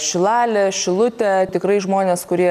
šilalę šilutę tikrai žmonės kurie